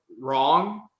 wrong